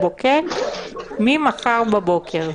מוקדם משלושה ימים לאחר פרסומו ברשומות".